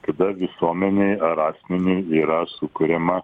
kada visuomenei ar asmeniui yra sukuriama